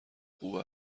خوب